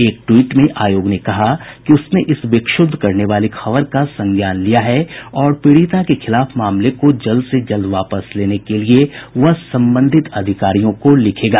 एक ट्वीट में आयोग ने कहा कि उसने इस विक्षुब्ध करने वाली खबर का संज्ञान लिया है और पीड़िता के खिलाफ मामले को जल्द से जल्द वापस लेने के लिए वह संबंधित अधिकारियों को लिखेगा